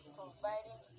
providing